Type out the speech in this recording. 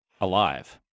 alive